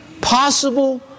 possible